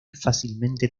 fácilmente